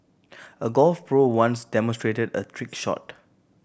a golf pro once demonstrated a trick shot